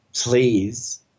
please